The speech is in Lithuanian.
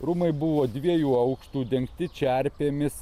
rūmai buvo dviejų aukštų dengti čerpėmis